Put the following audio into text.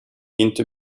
into